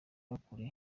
akura